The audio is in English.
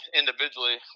individually